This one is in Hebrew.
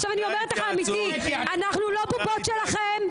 עכשיו אני אומרת לך אמיתי, אנחנו לא בובות שלכם.